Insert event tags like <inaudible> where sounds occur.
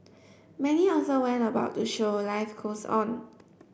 <noise> many also went about to show life goes on